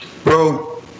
Bro